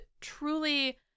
truly